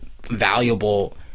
valuable